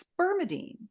spermidine